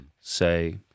Say